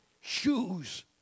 shoes